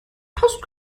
passt